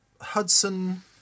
Hudson